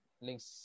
links